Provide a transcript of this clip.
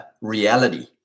reality